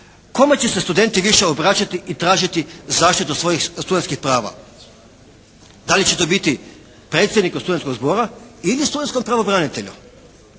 kome će se studenti više obraćati i tražiti zaštitu svojih studentskih prava. Da li će to biti predsjedniku studentskog zbora ili studentskom pravobranitelju?